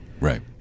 Right